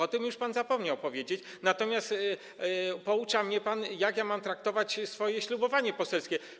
O tym już pan zapomniał powiedzieć, natomiast poucza mnie pan, jak ja mam traktować swoje ślubowanie poselskie.